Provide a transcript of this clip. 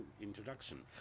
introduction